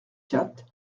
quatre